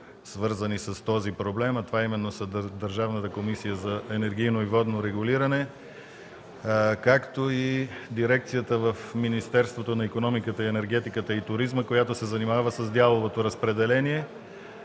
свързани с този проблем, а именно – Държавната комисия за енергийно и водно регулиране и дирекцията в Министерството на икономиката, енергетиката и туризма, която се занимава с дяловото разпределение.